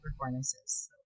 performances